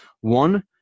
One